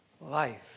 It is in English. Life